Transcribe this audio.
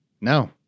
no